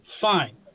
Fine